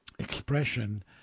expression